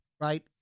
Right